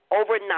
Overnight